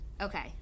Okay